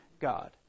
God